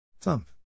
Thump